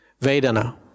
Vedana